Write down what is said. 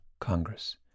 Congress